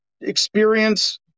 experience